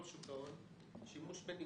כל שוק ההון בנגזרים